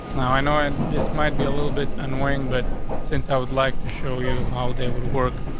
now, i know and this might be a little bit unwilling, but since i would like to show you how they would work,